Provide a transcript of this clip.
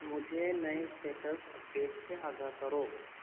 مجھے نئے status updates سے آگاہ کرو